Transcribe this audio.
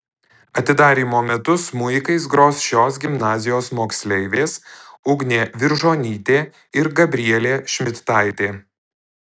atidarymo metu smuikais gros šios gimnazijos moksleivės ugnė viržonytė ir gabrielė šmidtaitė